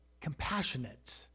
compassionate